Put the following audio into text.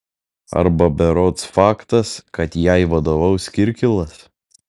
arba berods faktas kad jai vadovaus kirkilas